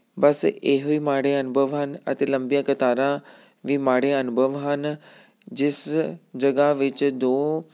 ਬਸ ਇਹੋ ਹੀ ਮਾੜੇ ਅਨੁਭਵ ਹਨ ਅਤੇ ਲੰਬੀਆਂ ਕਤਾਰਾਂ ਵੀ ਮਾੜੇ ਅਨੁਭਵ ਹਨ ਜਿਸ ਜਗ੍ਹਾ ਵਿੱਚ ਦੋ